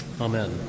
Amen